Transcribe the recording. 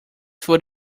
food